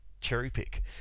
cherry-pick